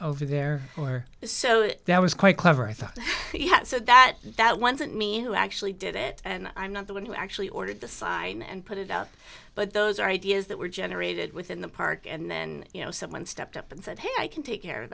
over there or so that was quite clever i thought that that wasn't me who actually did it and i'm not the one who actually ordered the sign and put it out but those are ideas that were generated within the park and then you know someone stepped up and said hey i can take care of